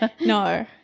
no